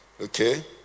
Okay